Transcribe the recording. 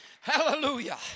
Hallelujah